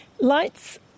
light's